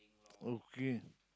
okay